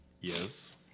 Yes